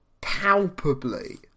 palpably